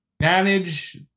manage